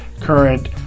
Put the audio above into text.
current